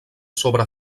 sobre